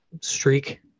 streak